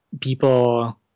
people